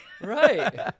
Right